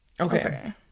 okay